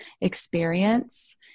experience